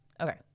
Okay